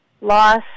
loss